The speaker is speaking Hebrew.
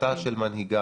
החלטה של מנהיגה,